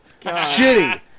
Shitty